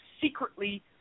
secretly